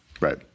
Right